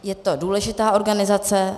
Je to důležitá organizace.